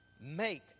make